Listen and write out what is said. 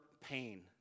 pain